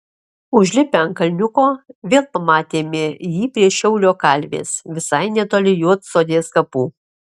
užlipę ant kalniuko vėl pamatėme jį prie šiaulio kalvės visai netoli juodsodės kapų